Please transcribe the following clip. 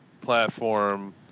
platform